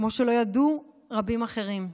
כמו שלא ידעו רבים אחרים.